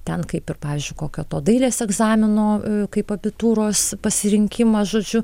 ten kaip ir pavyzdžiui kokio to dailės egzamino kaip abitūros pasirinkimas žodžiu